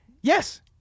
yes